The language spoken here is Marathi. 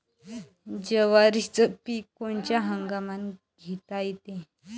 जवारीचं पीक कोनच्या हंगामात घेता येते?